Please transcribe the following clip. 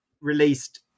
released